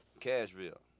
Cashville